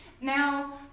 Now